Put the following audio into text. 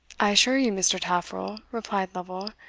i assure you, mr. taffril, replied lovel,